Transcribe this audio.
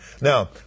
Now